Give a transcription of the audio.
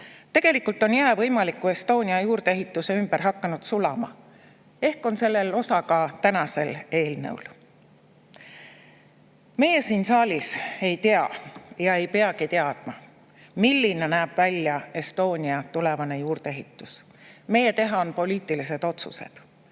Tegelikult on jää võimaliku Estonia juurdeehituse ümber hakanud sulama. Ehk on selles osa ka tänasel eelnõul. Meie siin saalis ei tea ega peagi teadma, milline näeb välja Estonia tulevane juurdeehitus, meie teha on poliitilised otsused.